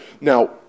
Now